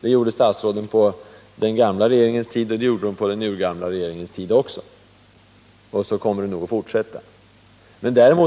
Det gjorde statsråden på den gamla regeringens tid, och det gjorde de också på den urgamla regeringens tid. Så kommer det nog att fortsätta att vara.